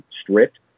stripped